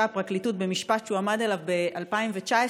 הפרקליטות במשפט שהוא עמד אליו ב-2019,